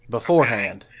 Beforehand